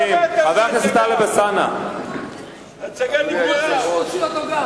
הוא מבקש שתוציא אותו, גם.